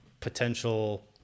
potential